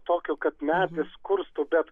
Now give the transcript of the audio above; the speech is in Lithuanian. tokio kad medis skurstų bet